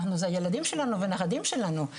אלו הילדים שלנו והנכדים שלנו.